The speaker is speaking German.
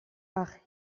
ach